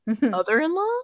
mother-in-law